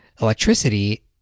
electricity